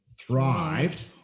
thrived